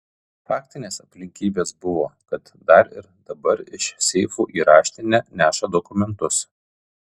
faktinės aplinkybės buvo kad dar ir dabar iš seifų į raštinę neša dokumentus